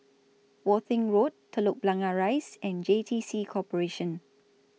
Worthing Road Telok Blangah Rise and J T C Corporation